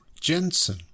Jensen